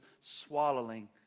swallowing